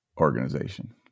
organization